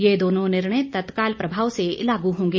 ये दोनों निर्णय तत्काल प्रभाव से लागू होंगे